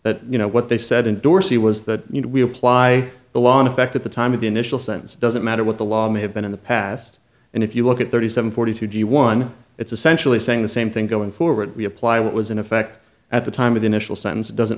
but you know what they said in dorsey was that we apply the law in effect at the time of the initial sentence doesn't matter what the law may have been in the past and if you look at thirty seven forty two g one it's essentially saying the same thing going forward we apply what was in effect at the time of the initial sentence doesn't